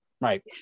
Right